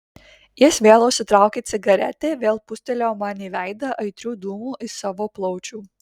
jis vėl užsitraukė cigaretę vėl pūstelėjo man į veidą aitrių dūmų iš savo plaučių